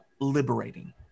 liberating